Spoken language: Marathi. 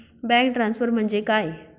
बँक ट्रान्सफर म्हणजे काय?